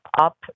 up